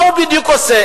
מה הוא בדיוק עושה?